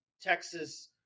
Texas